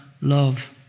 Love